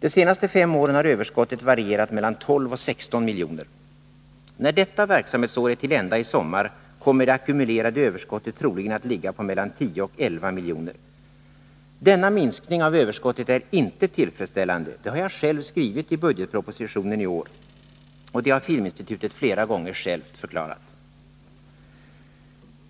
De senaste fem åren har överskottet varierat mellan 12 och 16 miljoner. När detta verksamhetsår är till ända i sommar, kommer det ackumulerade överskottet troligen att uppgå till mellan 10 och 11 miljoner. Denna minskning av överskottet är inte tillfredsställande. Detta har jag själv skrivit i budgetpropositionen i år, och det har också Filminstitutet flera gånger självt förklarat.